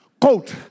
Quote